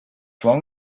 wrong